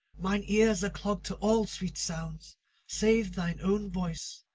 mine ears are clogged to all sweet sounds save thine own voice,